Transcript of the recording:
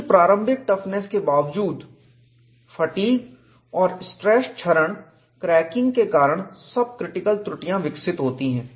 उच्च प्रारंभिक टफनेस के बावजूद फटीग और स्ट्रेस क्षरण क्रैकिंग के कारण सबक्रिटिकल त्रुटियां विकसित होती हैं